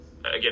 again